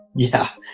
yeah.